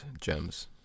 gems